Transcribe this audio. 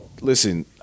Listen